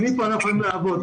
מפה אנחנו יכולים לעבוד.